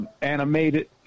animated